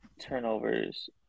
Turnovers